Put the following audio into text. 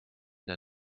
der